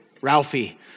Ralphie